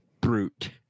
Brute